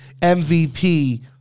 MVP